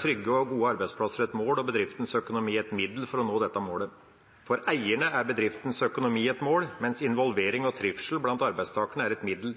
trygge og gode arbeidsplasser et mål og bedriftens økonomi et middel for å nå dette målet. For eierne er bedriftens økonomi et mål, mens involvering og trivsel blant arbeidstakerne er et middel.